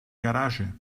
garage